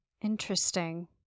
Interesting